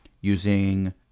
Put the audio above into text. Using